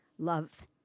love